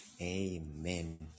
Amen